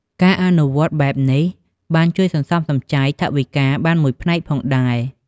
ការអនុវត្តន៍បែបនេះបានជួយសន្សំសំចៃថវិកាបានមួយផ្នែកផងដែរ។